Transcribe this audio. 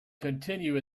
continue